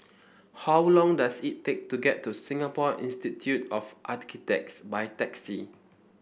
how long does it take to get to Singapore Institute of Architects by taxi